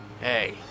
Hey